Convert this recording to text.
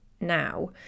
now